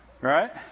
right